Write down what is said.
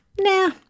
nah